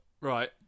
Right